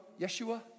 yeshua